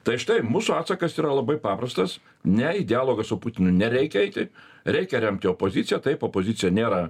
tai štai mūsų atsakas yra labai paprastas ne į dialogą su putinu nereikia eiti reikia remti opoziciją taip opozicija nėra